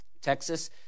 Texas